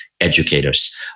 educators